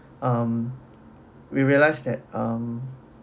um we realize that um